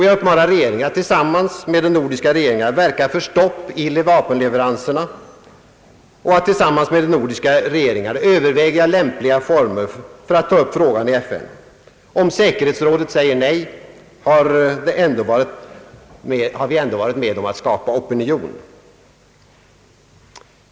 Jag uppmanar regeringen att tillsammans med de andra nordiska regeringarna verka för stopp i vapenleveranserna och att tillsammans med de nordiska regeringarna överväga lämpliga former för att ta upp frågan i FN. Om säkerhetsrådet säger nej, har vi ändå varit med om att skapa opinion.